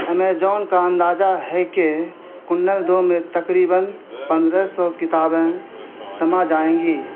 Amazon کا اندازہ ہے کہ کنڈل دو میں تقریبا پندرہ سو کتابیں سما جائیں گی